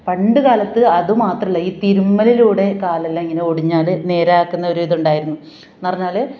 പണ്ട് കാലത്ത് അതും മാത്രമല്ല ഈ തിരുമ്മലിലൂടെ കാലെല്ലാം ഇങ്ങനെ ഒടിഞ്ഞാൽ നേരെ ആക്കുന്നൊരു ഇതുണ്ടായിരുന്നു എന്ന് പറഞ്ഞാൽ